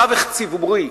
תווך ציבורי,